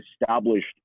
established